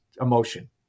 emotion